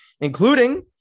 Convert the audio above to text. including